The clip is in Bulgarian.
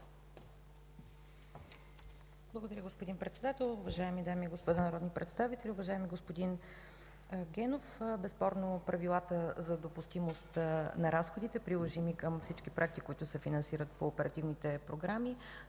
Благодаря, господин Председател. Уважаеми дами и господа народни представители, уважаеми господин Генов! Безспорно правилата за допустимост на разходите, приложими към всички проекти, които се финансират по оперативните програми,